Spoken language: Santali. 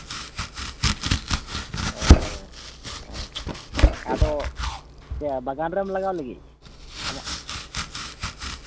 ᱚᱻ ᱟᱪᱪᱷᱟ ᱟᱫᱚ ᱪᱮᱫ ᱵᱟᱜᱟᱱ ᱨᱮᱢ ᱞᱟᱜᱟᱣ ᱞᱟᱹᱜᱤᱫ ᱟᱢᱟᱜ